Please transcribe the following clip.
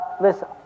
Listen